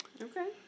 Okay